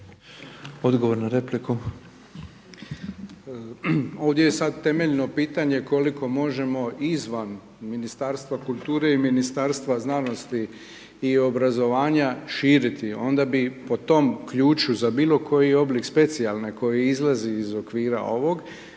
**Poljičak, Ivica** Ovdje je sada temeljno pitanje, koliko možemo izvan Ministarstva kulture i Ministarstva znanosti i obrazovanja širiti, onda bi po tom ključu, za bilo koji oblik specijalne koji izlazi iz okvira ovog,